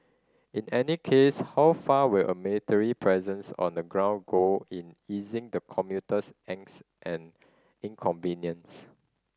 in any case how far will a military presence on the ground go in easing the commuter's angst and inconvenience